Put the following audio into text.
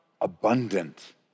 abundant